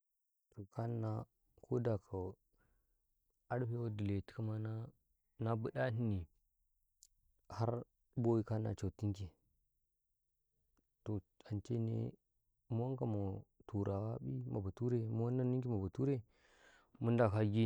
﻿ Toh ka Nna ko da ko, arfe wadima letikama, naa, na buɗe Nni har bayi kala cau tin kii, toh an cai nee, mu wanka, ma ba turawa ƃee, ma bature, mu wanna nin ki, ma bature da ka agii.